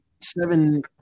seven